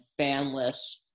fanless